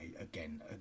again